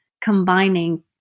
combining